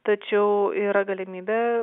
tačiau yra galimybė